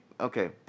Okay